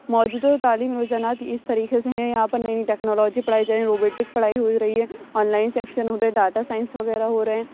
موجودہ تعلیمی رجحانات اس طریقے سے ہیں یہاں پر نئی نئی ٹیکنالوجی پڑھائی جائیں روبوٹک پڑھائی ہو رہی ہے آن لائن سیکشن ہو رہے ہیں ڈاٹا سائنس وغیرہ ہو رہے ہیں